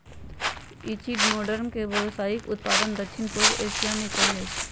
echinoderm के व्यावसायिक उत्पादन दक्षिण पूर्व एशिया में कएल जाइ छइ